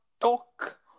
talk